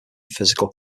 physical